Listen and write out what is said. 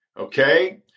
okay